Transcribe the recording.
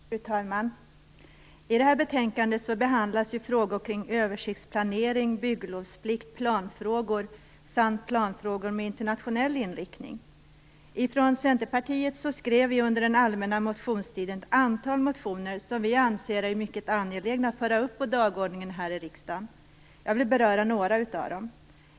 Fru talman! I detta betänkande behandlas frågor kring översiktsplanering, bygglovsplikt, planfrågor samt planfrågor med internationell inriktning. Från Centerpartiet skrev vi under den allmänna motionstiden ett antal motioner som vi anser är mycket angelägna att föra upp på dagordningen här i riksdagen. Jag vill beröra några av dem.